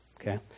okay